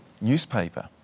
newspaper